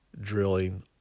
drilling